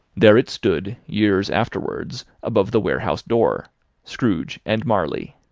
there it stood, years afterwards, above the warehouse door scrooge and marley.